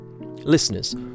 Listeners